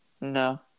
No